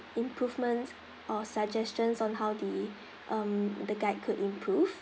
improvements or suggestions on how the um the guide could improve